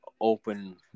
open